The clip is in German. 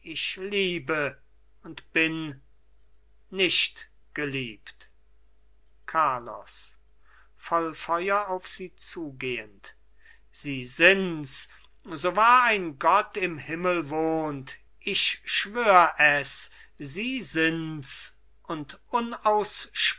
ich liebe und bin nicht geliebt carlos voll feuer auf sie zugehend sie sinds so wahr ein gott im himmel wohnt ich schwör es sie sinds und